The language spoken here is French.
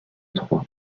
troyes